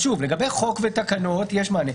לגבי חוק ותקנות - יש מענה.